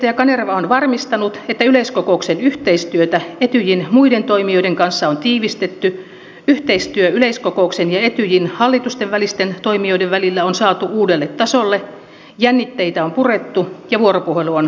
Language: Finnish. puheenjohtaja kanerva on varmistanut että yleiskokouksen yhteistyötä etyjin muiden toimijoiden kanssa on tiivistetty yhteistyö yleiskokouksen ja etyjin hallitusten välisten toimijoiden välillä on saatu uudelle tasolle jännitteitä on purettu ja vuoropuhelu on rakentavaa